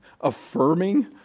Affirming